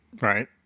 Right